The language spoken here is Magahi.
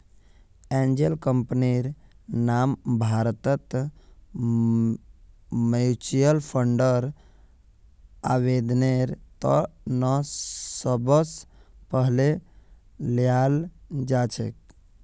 एंजल कम्पनीर नाम भारतत म्युच्युअल फंडर आवेदनेर त न सबस पहले ल्याल जा छेक